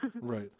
Right